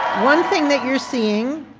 one thing that you're seeing,